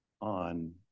on